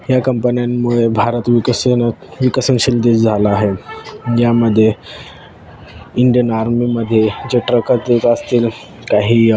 या कंपन्यांंमुळे भारत विकसन विकसनशील देश झाला आहे यामध्ये इंडियन आर्मीमध्ये जे ट्रकात येत असतील काही